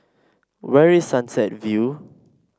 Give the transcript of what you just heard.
where is Sunset View